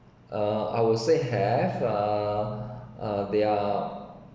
uh I would say have err their